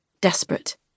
desperate